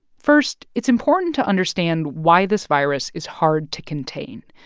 first, it's important to understand why this virus is hard to contain.